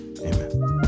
amen